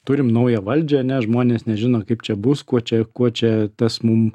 turim naują valdžią ane žmonės nežino kaip čia bus kuo čia kuo čia tas mum